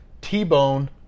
T-bone